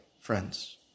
friends